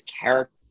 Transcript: character